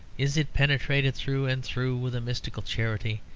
is it penetrated through and through with a mystical charity,